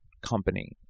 company